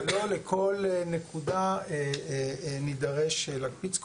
שלא לכל נקודה נדרש להקפיץ כוחות,